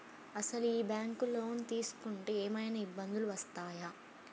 అసలు ఈ బ్యాంక్లో లోన్ తీసుకుంటే ఏమయినా ఇబ్బందులు వస్తాయా?